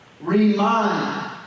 Remind